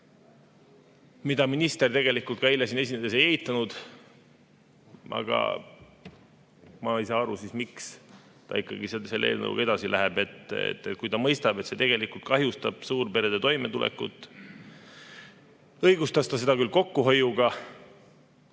mida minister tegelikult ka eile siin esinedes ei eitanud. Aga ma ei saa aru, miks ta ikkagi selle eelnõuga siis edasi läheb, kui ta mõistab, et see kahjustab suurperede toimetulekut. Õigustas ta seda küll kokkuhoiuga,